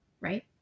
right